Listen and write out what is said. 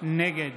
נגד